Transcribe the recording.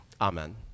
Amen